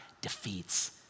defeats